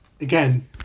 again